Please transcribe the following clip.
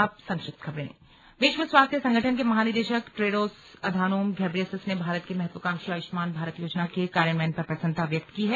अब संक्षिप्त खबरें विश्व स्वास्थ्य संगठन के महानिदेशक टेड्रोस अधानोम घेब्रेयेसस ने भारत की महत्वाकांक्षी आयुष्मान भारत योजना के कार्यान्वयन पर प्रसन्नता व्यक्त की है